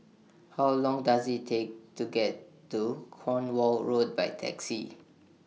How Long Does IT Take to get to Cornwall Road By Taxi